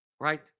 Right